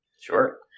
Sure